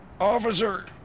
Officer